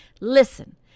Listen